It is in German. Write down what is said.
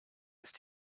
ist